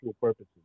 purposes